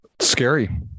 Scary